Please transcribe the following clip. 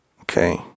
Okay